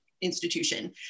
institution